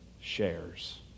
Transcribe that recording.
shares